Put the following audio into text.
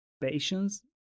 patience